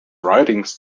writings